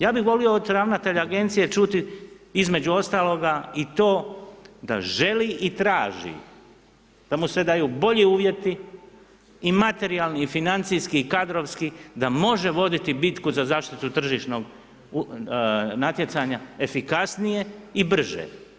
Ja bih volio od ravnatelja agencije čuti, između ostaloga i to da želi i traži, da mu se daju bolji uvjeti i materijalni i financijski i kadrovski da može voditi bitku za zaštitu tržišnog natjecanja efikasnije i brže.